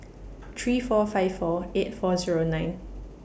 three four five four eight four Zero nine